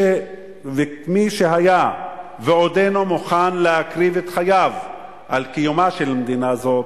וכמי שהיה ועודנו מוכן להקריב את חייו על קיומה של מדינה זו,